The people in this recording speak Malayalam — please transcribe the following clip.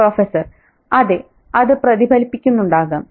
പ്രൊഫ അതെ അത് പ്രതിഫലിപ്പിക്കുന്നുണ്ടാകാം